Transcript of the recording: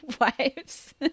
wives